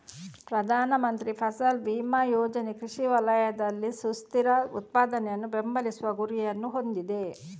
ಪ್ರಧಾನ ಮಂತ್ರಿ ಫಸಲ್ ಬಿಮಾ ಯೋಜನೆ ಕೃಷಿ ವಲಯದಲ್ಲಿ ಸುಸ್ಥಿರ ಉತ್ಪಾದನೆಯನ್ನು ಬೆಂಬಲಿಸುವ ಗುರಿಯನ್ನು ಹೊಂದಿದೆ